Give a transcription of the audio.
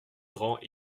grand